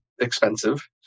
expensive